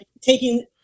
taking